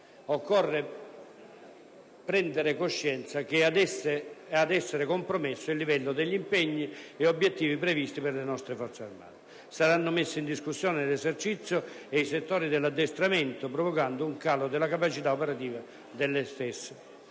Occorre prendere coscienza che ad essere compromesso è il livello degli impegni e obiettivi previsti per le nostre Forze armate: saranno messi in discussione l'esercizio e i settori dell'addestramento, provocando un calo della capacità operativa delle Forze